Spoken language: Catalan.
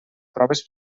proves